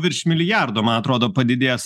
virš milijardo man atrodo padidėjęs